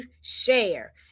share